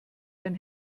ein